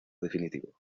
definitivo